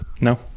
No